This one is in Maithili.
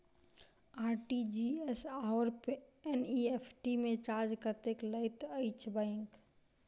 आर.टी.जी.एस आओर एन.ई.एफ.टी मे चार्ज कतेक लैत अछि बैंक?